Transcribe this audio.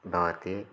भवति